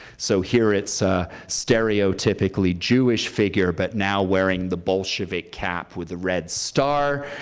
so here it's a stereotypically jewish figure but now wearing the bolshevik cap with a red star.